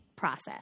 Process